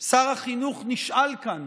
שר החינוך נשאל כאן